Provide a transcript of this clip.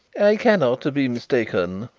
i cannot be mistaken.